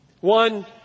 One